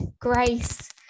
grace